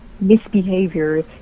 misbehavior